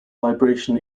vibration